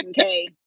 Okay